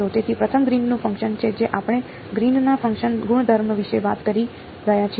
તેથી પ્રથમ ગ્રીનનું ફંક્શન છે જે આપણે ગ્રીનના ફંક્શનના ગુણધર્મો વિશે વાત કરી રહ્યા છીએ